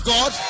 God